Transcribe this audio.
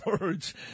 words